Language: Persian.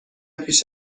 پیش